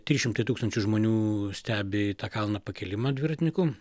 trys šimtai tūkstančių žmonių stebi į tą kalną pakilimą dviratininkų